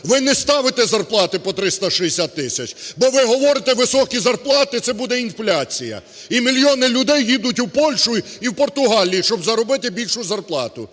ви не ставите зарплати по 360 тисяч, бо ви говорите: "Високі зарплати, це буде інфляція". І мільйони людей їдуть у Польщу і в Португалію, щоб заробити більшу зарплату.